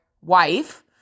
wife